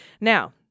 Now